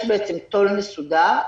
יש בעצם תו"ל מסודר.